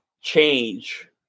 change